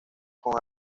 con